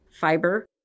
fiber